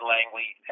Langley